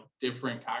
different